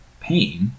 pain